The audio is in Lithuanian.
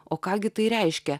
o ką gi tai reiškia